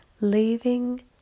leaving